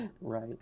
Right